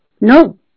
No